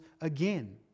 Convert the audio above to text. again